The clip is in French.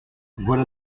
voilà